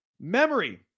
memory